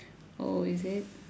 oh is it